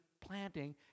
planting